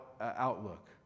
outlook